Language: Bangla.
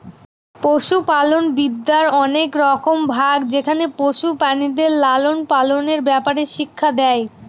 পশুপালনবিদ্যার অনেক রকম ভাগ যেখানে পশু প্রাণীদের লালন পালনের ব্যাপারে শিক্ষা দেয়